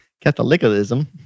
Catholicism